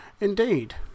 indeed